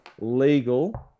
legal